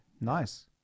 Nice